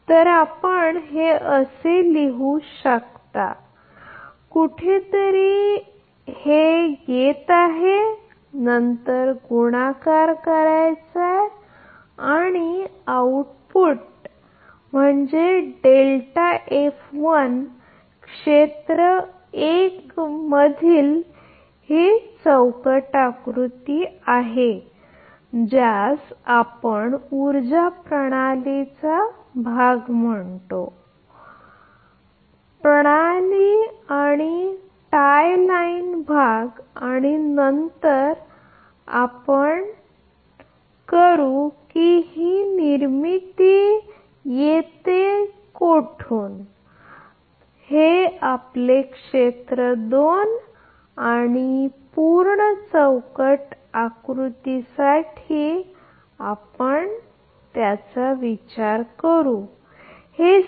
तर आपण हे लिहू शकता आणि हे असे आहे की हे खरोखरच कुठेतरी येत आहे नंतर गुणाकार दिसेल आणि आउटपुट म्हणजे क्षेत्र 1 मधील हे ब्लॉक आकृती आहे ज्यास आपण या उर्जा प्रणालीला भाग म्हणतो उजवीकडे प्रणाली आणि टाय लाइन भाग आणि नंतर आम्ही नंतर करू आणि ही पिढी नंतर येते हे कोठून येईल हे आपण क्षेत्र 2 आणि पूर्ण ब्लॉक आकृतीसाठी करू तेव्हा येईल